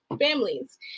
families